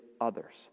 others